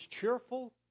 cheerful